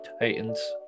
Titans